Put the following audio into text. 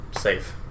safe